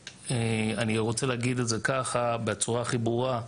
אני רוצה להגיד את זה ככה בצורה הכי ברורה,